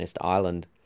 Island